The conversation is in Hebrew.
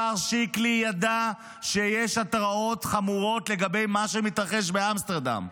השר שיקלי ידע שיש התראות חמורות לגבי מה שמתרחש באמסטרדם.